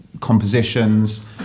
compositions